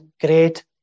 great